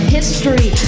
history